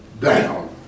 down